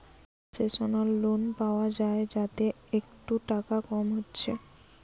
concessional loan পায়া যায় যাতে একটু টাকা কম হচ্ছে